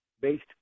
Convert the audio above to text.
based